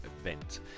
event